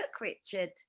Richard